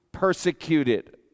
persecuted